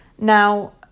Now